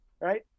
right